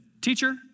teacher